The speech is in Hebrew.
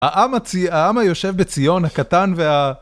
העם היושב בציון, הקטן וה...